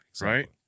Right